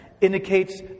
indicates